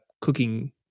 cooking